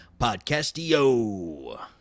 Podcastio